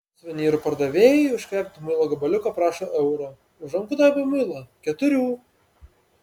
suvenyrų pardavėjai už kvepiantį muilo gabaliuką prašo euro už rankų darbo muilą keturių